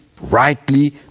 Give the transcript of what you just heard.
rightly